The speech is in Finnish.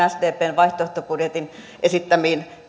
sdpn vaihtoehtobudjetin esittämiin